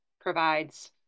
provides